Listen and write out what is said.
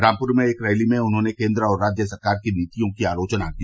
रामपुर में एक रैली में उन्होंने केंद्र और राज्य सरकार की नीतियों की आलोचना की